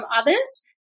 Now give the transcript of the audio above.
others